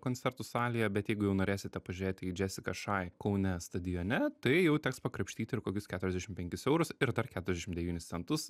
koncertų salėje bet jeigu jau norėsite pažiūrėti į džesiką šai kaune stadione tai jau teks pakrapštyti ir kokius keturiasdešim penkis eurus ir dar keturiasdešim devynis centus